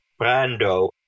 Brando